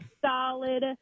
solid